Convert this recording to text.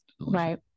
Right